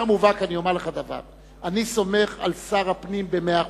כפרלמנטר מובהק אני אומר לך דבר: אני סומך על שר הפנים במאה אחוז.